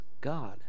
God